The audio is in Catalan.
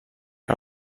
que